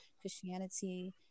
Christianity